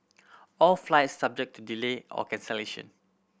all flights subject to delay or cancellation